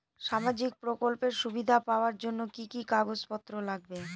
সামাজিক প্রকল্পের সুবিধা পাওয়ার জন্য কি কি কাগজ পত্র লাগবে?